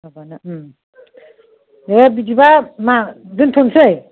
माबानो नोङो बिदिबा मा दोनथ'नोसै